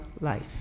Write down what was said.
life